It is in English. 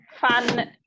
Fun